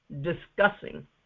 discussing